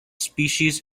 species